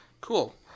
Cool